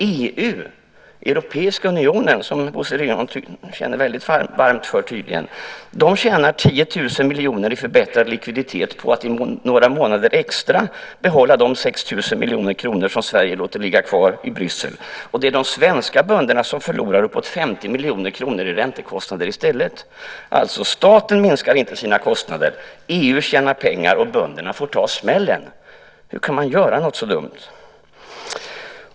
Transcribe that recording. EU, Europeiska unionen som Bosse Ringholm tydligen känner väldigt varmt för, tjänar tiotals miljoner i förbättrad likviditet på att i några månader extra kunna behålla de 6 000 miljoner kronor som Sverige låter ligga kvar i Bryssel. Det är de svenska bönderna som förlorar och får uppåt 50 miljoner kronor i räntekostnader i stället. Staten minskar inte sina kostnader, EU tjänar pengar och bönderna får ta smällen. Hur kan man göra något så dumt?